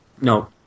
no